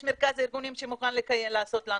יש את מרכז הארגונים שמוכן לעשות את זה.